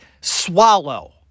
swallow